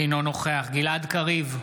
אינו נוכח גלעד קריב,